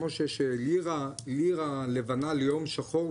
כמו שיש לירה לבנה ליום שחור,